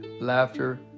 laughter